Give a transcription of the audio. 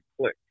click